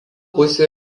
pusių